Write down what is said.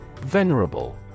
Venerable